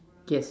yes